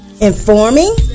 Informing